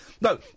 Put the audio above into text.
No